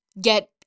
get